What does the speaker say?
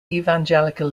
evangelical